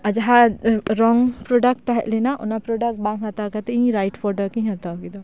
ᱡᱟᱦᱟᱸ ᱨᱚᱝ ᱯᱨᱳᱰᱟᱠᱴ ᱛᱟᱦᱮᱸ ᱞᱮᱱᱟ ᱚᱱᱟ ᱯᱨᱳᱰᱟᱠᱴ ᱵᱟᱝ ᱦᱟᱛᱟᱣ ᱠᱟᱛᱮ ᱤᱧ ᱨᱟᱭᱤᱴ ᱯᱨᱳᱰᱟᱠᱴ ᱤᱧ ᱦᱟᱛᱟᱣ ᱠᱮᱫᱟ